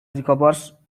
recovers